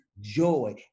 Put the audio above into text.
joy